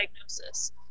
diagnosis